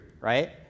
right